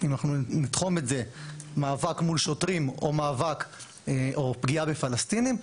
אם אנחנו נתחום את זה מאבק מול שוטרים או מאבק או פגיעה בפלסטינים,